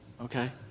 Okay